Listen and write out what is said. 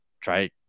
try